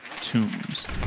tombs